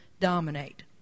dominate